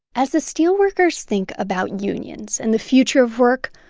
as the steelworkers think about unions and the future of work,